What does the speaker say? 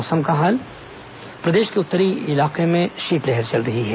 मौसम प्रदेश के उत्तरी इलाके में शीतलहर चल रही है